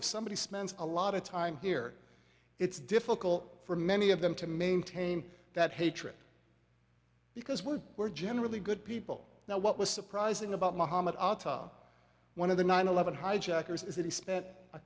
if somebody spends a lot of time here it's difficult for many of them to maintain that hatred because what we're generally good people now what was surprising about mohamed atta one of the nine eleven hijackers is that he spent a